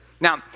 Now